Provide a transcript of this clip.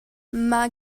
mae